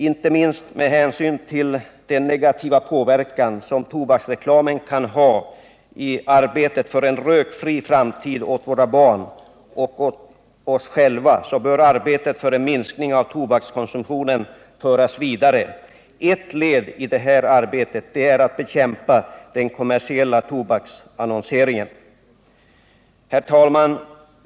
Inte minst med hänsyn till den negativa påverkan som tobaksreklamen kan ha i arbetet för en rökfri framtid åt våra barn — och oss själva — bör arbetet för en minskning av tobakskonsumtionen föras vidare. Ett led i detta arbete är att bekämpa den kommersiella tobaksannonseringen. Herr talman!